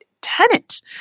tenant